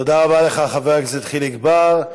תודה רבה לך, חבר הכנסת חיליק בר.